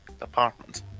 apartment